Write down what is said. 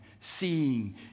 seeing